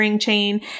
Chain